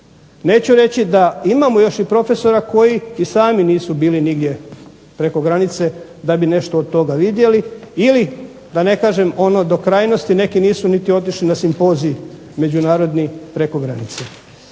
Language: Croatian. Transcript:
Neću reći da imamo još i profesora koji i sami nisu bili nigdje preko granice da bi nešto od toga vidjeli ili da ne kažem ono do krajnosti. Neki nisu niti otišli na simpozij međunarodni preko granice.